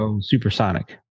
supersonic